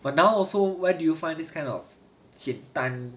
but now also where do you find this kind of 简单